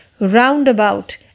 Roundabout